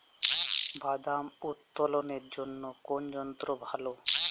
বাদাম উত্তোলনের জন্য কোন যন্ত্র ভালো?